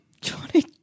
Johnny